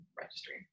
registry